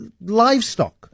livestock